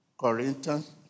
Corinthians